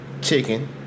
chicken